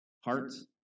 hearts